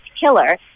killer